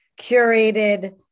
curated